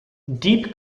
deep